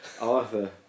Arthur